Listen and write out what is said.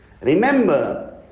Remember